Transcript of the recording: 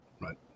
Right